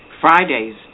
Fridays